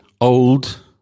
old